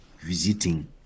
visiting